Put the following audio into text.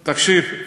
תקשיב,